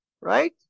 right